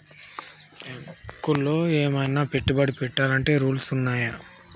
బ్యాంకులో ఏమన్నా పెట్టుబడి పెట్టాలంటే రూల్స్ ఉన్నయా?